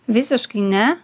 visiškai ne